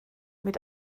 mit